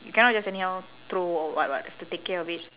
you cannot just anyhow throw or what [what] have to take care of it